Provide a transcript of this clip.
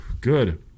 good